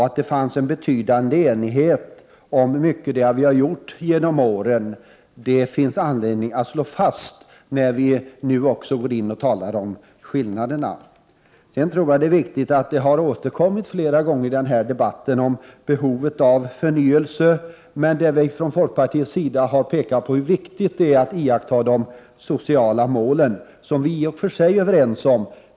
Att det fanns en betydande enighet om mycket av det vi har gjort genom åren finns det anledning att slå fast, när vi nu också talar om skillnaderna. Det är viktigt att behovet av förnyelse återkommit flera gånger i debatten. Från folkpartiets sida har vi framhållit hur viktigt det är att iaktta de sociala målen, som vi i och för sig är överens om.